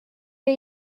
wir